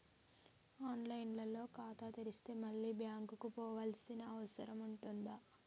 On line లో ఖాతా తెరిస్తే మళ్ళీ బ్యాంకుకు పోవాల్సిన అవసరం ఉంటుందా?